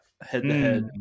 head-to-head